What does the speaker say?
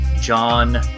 John